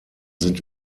sind